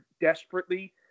desperately